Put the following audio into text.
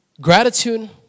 Gratitude